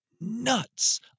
nuts